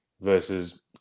versus